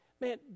Man